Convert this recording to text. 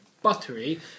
Buttery